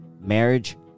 Marriage